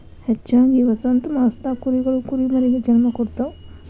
ಹೆಚ್ಚಾಗಿ ವಸಂತಮಾಸದಾಗ ಕುರಿಗಳು ಕುರಿಮರಿಗೆ ಜನ್ಮ ಕೊಡ್ತಾವ